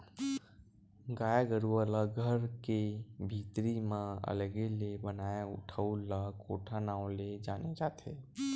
गाय गरुवा ला घर के भीतरी म अलगे ले बनाए ठउर ला कोठा नांव ले जाने जाथे